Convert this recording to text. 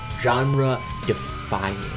genre-defying